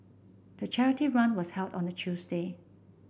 the charity run was held on a Tuesday